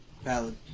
Valid